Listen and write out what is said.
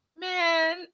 Man